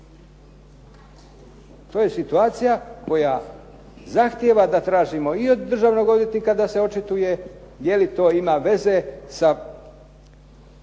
To je situacija koja zahtjeva da tražimo i od državnog odvjetnika da se očituje, je li to ima veze sa,